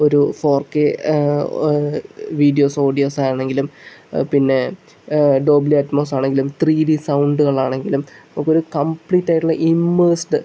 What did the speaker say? ഒരു four K videos audios ആണെങ്കിലും പിന്നെ ഡോൾബി അറ്റംസ്സ് ആണെങ്കിലും ത്രീഡി സൗണ്ടുകളാണെങ്കിലും നമുക്ക് ഒരു കംപ്ലീറ്റ് ആയിട്ടുള്ള ഇമ്മേഴ്സ്ഡ്